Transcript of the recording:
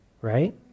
right